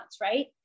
right